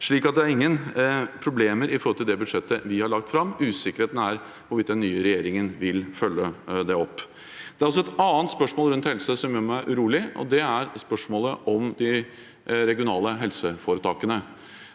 Slik sett er det ingen problemer med hensyn til det budsjettet vi har lagt fram. Usikkerheten er hvorvidt den nye regjeringen vil følge det opp. Det er også et annet spørsmål om helse som gjør meg urolig, og det er spørsmålet om de regionale helseforetakene.